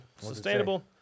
sustainable